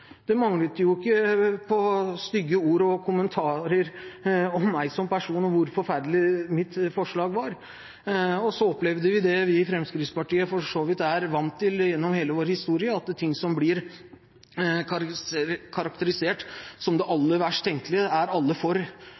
Det manglet ikke på stygge ord og kommentarer om meg som person og om hvor forferdelig mitt forslag var. Så opplevde vi det vi i Fremskrittspartiet for så vidt er vant til gjennom hele vår historie, at ting som først blir karakterisert som det aller verst tenkelige, er alle for.